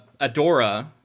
Adora